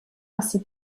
ainsi